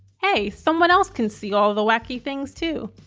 hey someone else can see all the wacky things too.